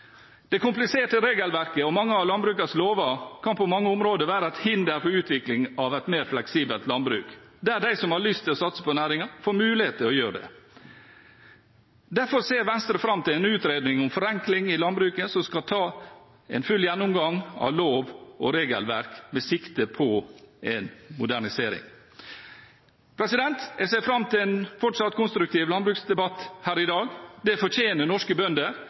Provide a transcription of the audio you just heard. Det kompliserte regelverket og mange av landbrukets lover kan på mange områder være et hinder for utvikling av et mer fleksibelt landbruk, der de som har lyst til å satse på næringen, får mulighet til å gjøre det. Derfor ser Venstre fram til en utredning om forenkling i landbruket som skal ta en full gjennomgang av lov- og regelverk med sikte på en modernisering. Jeg ser fram til en fortsatt konstruktiv landbruksdebatt her i dag. Det fortjener norske bønder,